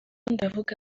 ndavuga